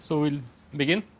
so will begin,